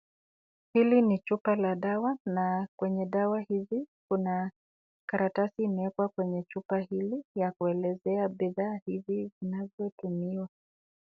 Hili ni chupa la dawa na kwenye dawa hizi kuna karatasi imewekwa kwenye chupa hili, ya kuelezea bidhaa hii inavyotumiwa.